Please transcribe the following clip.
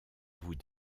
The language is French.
vous